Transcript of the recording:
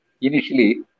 initially